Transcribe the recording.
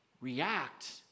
react